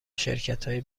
شرکتهای